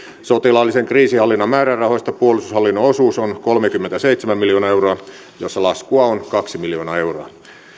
sotilaallisen kriisinhallinnan määrärahoista puolustushallinnon osuus on kolmekymmentäseitsemän miljoonaa euroa jossa laskua on kaksi miljoonaa euroa